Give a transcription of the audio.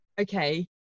okay